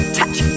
touch